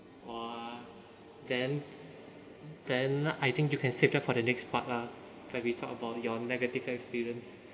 !wah! then then I think you can save that for the next part lah when we talk about your negative experience